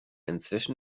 inzwischen